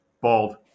bald